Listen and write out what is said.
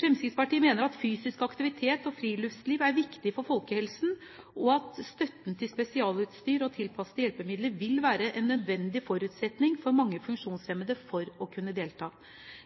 Fremskrittspartiet mener at fysisk aktivitet og friluftsliv er viktig for folkehelsen, og at støtten til spesialutstyr og tilpassede hjelpemidler vil være en nødvendig forutsetning for mange funksjonshemmede for å kunne delta.